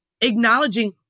acknowledging